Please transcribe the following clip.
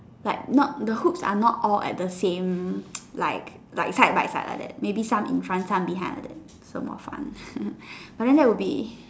like not the hooks are not all at the same like like side by side like that maybe some in front some behind like that so more fun but then that would be